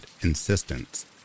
insistence